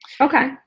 Okay